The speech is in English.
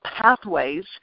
pathways